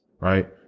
Right